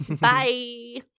Bye